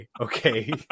Okay